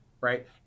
right